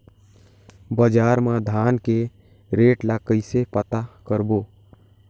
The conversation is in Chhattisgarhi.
बजार मा धान के रेट ला कइसे पता करबो?